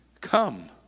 come